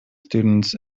students